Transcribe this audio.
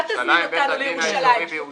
אל תזמין אותנו לירושלים,